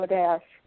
dash